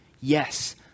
Yes